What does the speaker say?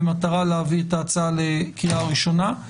במטרה להביא את ההצעה לקריאה ראשונה.